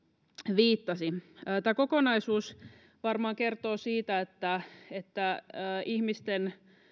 viittasi tämä kokonaisuus varmaan kertoo siitä että että ihmisten